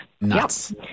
Nuts